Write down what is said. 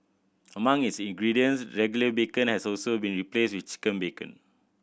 among its ingredients regular bacon has also been replaced with chicken bacon